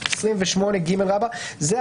28ג" זה,